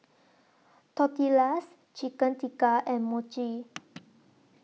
Tortillas Chicken Tikka and Mochi